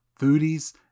foodies